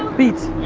beats.